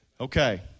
Okay